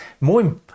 more